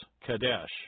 Kadesh